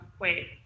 wait